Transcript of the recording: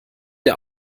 der